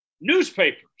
Newspapers